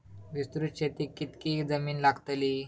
विस्तृत शेतीक कितकी जमीन लागतली?